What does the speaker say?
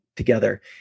Together